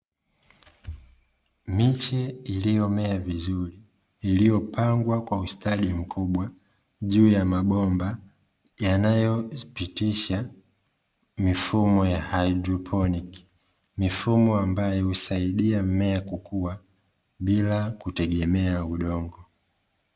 Miche iliyomea vizuri iliyopangwa kwa mstari juu ya mabomba yanayopitisha mifumo ya "haidroponi", mifumo ambayo husaidia mimea kukua bila kutegemea udongo.